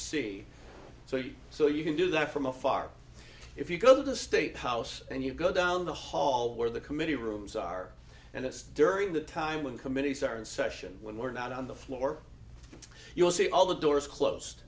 see so you so you can do that from afar if you go to the state house and you go down the hall where the committee rooms are and it's during the time when committees are in session when we're not on the floor you'll see all the doors closed